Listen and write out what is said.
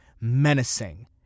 menacing